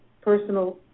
personal